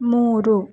ಮೂರು